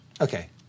Okay